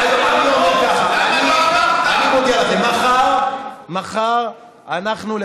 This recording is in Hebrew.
היית צריך להגיד את זה אני מודיע לכם: מחר אנחנו,